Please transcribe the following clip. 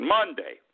Monday